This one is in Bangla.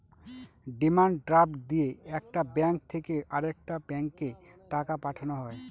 ডিমান্ড ড্রাফট দিয়ে একটা ব্যাঙ্ক থেকে আরেকটা ব্যাঙ্কে টাকা পাঠানো হয়